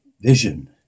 vision